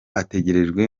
ategerejwe